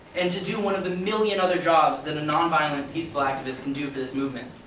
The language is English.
and to do one of the million other jobs that a nonviolent, peaceful activist can do for this movement.